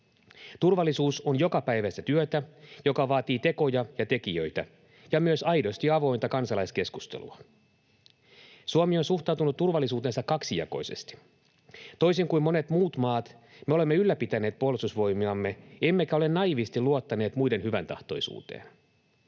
Turvallisuus on jokapäiväistä työtä, joka vaatii tekoja ja tekijöitä ja myös aidosti avointa kansalaiskeskustelua. Suomi on suhtautunut turvallisuuteensa kaksijakoisesti. Toisin kuin monet muut maat me olemme ylläpitäneet puolustusvoimiamme emmekä ole naiivisti luottaneet muiden hyväntahtoisuuteen.